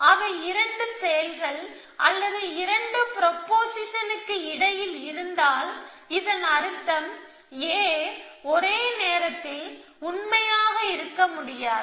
அவை இரண்டு செயல்கள் அல்லது இரண்டு ப்ரொபொசிஷனுக்கு இடையில் இருந்தால் இதன் அர்த்தம் A ஒரே நேரத்தில் உண்மையாக இருக்க முடியாது